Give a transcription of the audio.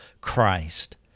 Christ